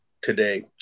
today